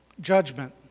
judgment